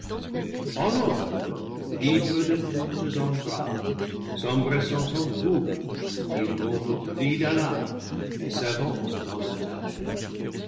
en ordre libres de toutes entraves s'empressant sans trouble ils vont au cri d'alarme et s'avancent en ba